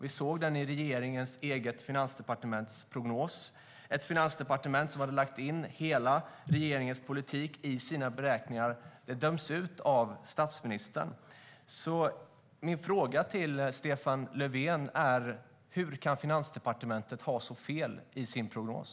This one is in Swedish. Vi såg den i regeringens eget finansdepartements prognos. Det är ett finansdepartement som hade lagt in hela regeringens politik i sina beräkningar. Det döms ut av statsministern. Min fråga till Stefan Löfven är: Hur kan Finansdepartementet ha så fel i sin prognos?